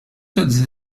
seules